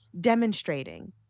demonstrating